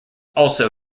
also